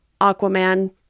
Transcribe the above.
Aquaman